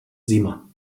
zima